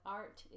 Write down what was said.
art